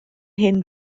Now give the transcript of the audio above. hyn